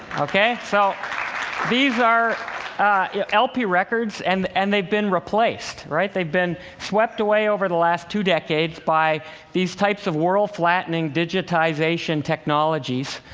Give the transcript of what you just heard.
ok, so these are yeah lp records and and they've been replaced, right? they've been swept away over the last two decades by these types of world-flattening digitization technologies,